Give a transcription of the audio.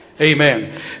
Amen